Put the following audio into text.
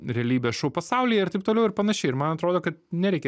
realybės šou pasaulyje ir taip toliau ir panašiai ir man atrodo kad nereikia